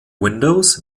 windows